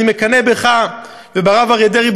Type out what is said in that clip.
אני מקנא בך וברב אריה דרעי,